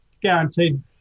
guaranteed